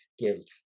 skills